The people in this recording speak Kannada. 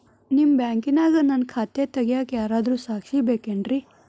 ನಿಮ್ಮ ಬ್ಯಾಂಕಿನ್ಯಾಗ ನನ್ನ ಖಾತೆ ತೆಗೆಯಾಕ್ ಯಾರಾದ್ರೂ ಸಾಕ್ಷಿ ಬೇಕೇನ್ರಿ?